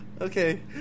Okay